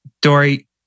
Dory